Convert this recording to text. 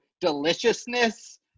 Deliciousness